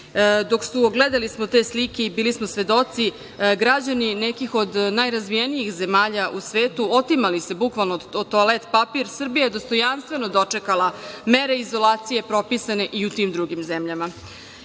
epidemije. Gledali smo te slike, bili smo svedoci, dok su se građani neki od najrazvijenijih zemalja u svetu otimali bukvalno za toalet papir, Srbija je dostojanstveno dočekala mere izolacije propisane i u tim drugim zemljama.I